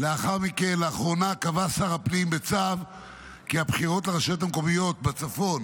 ולאחר מכן לאחרונה קבע שר הפנים בצו כי הבחירות לרשויות המקומיות בצפון